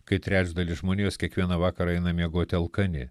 kai trečdalis žmonijos kiekvieną vakarą eina miegoti alkani